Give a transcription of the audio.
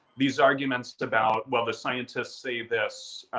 these arguments about well, the scientists say this,